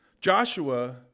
Joshua